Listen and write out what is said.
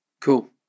Cool